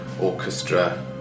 orchestra